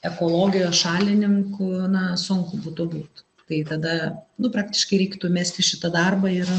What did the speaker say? ekologijos šalininku na sunku būtų būt tai tada nu praktiškai reiktų mesti šitą darbą ir